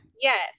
Yes